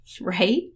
right